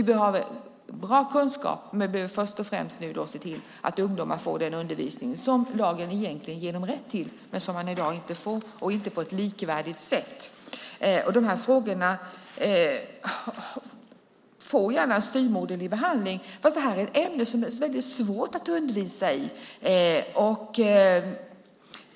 Vi behöver bra kunskap, men vi behöver först och främst se till att ungdomar får den undervisning som lagen egentligen ger dem rätt till men som de i dag inte får på ett likvärdigt sätt. De här frågorna får gärna en styvmoderlig behandling fast det här är ett ämne som det är väldigt svårt att undervisa i.